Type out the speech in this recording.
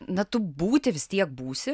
na tu būti vis tiek būsi